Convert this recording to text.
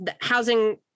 housing